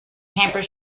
camper